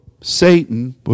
Satan